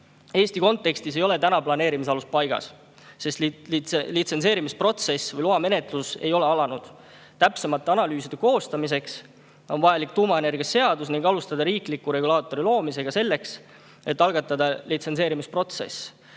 Eesti kontekstis ei ole planeerimise alus veel paigas, sest litsentseerimise protsess või loamenetlus ei ole alanud. Täpsemate analüüside koostamiseks on vaja tuumaenergiaseadust ning alustada riikliku regulaatori loomist, selleks et algatada litsentseerimise protsess.